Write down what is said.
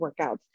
workouts